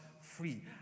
free